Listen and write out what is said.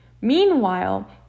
Meanwhile